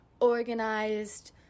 organized